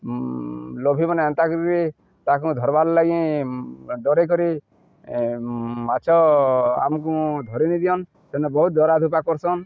ଲୋଭିମାନେ ଏନ୍ତା କରିକରି ତାକୁ ଧରବାର୍ ଲାଗି ଡରେଇ କରି ମାଛ ଆମକୁ ଧରି ନି ଦିଅନ୍ ସେନେ ବହୁତ ଡରା ଧୂପା କରସନ୍